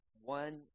One